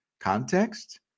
Context